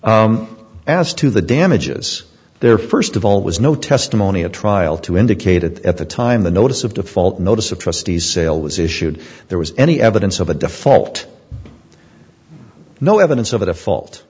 as to the damages there first of all was no testimony at trial to indicate at the time the notice of default notice of trustees sale was issued there was any evidence of a default no evidence of a default